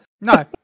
No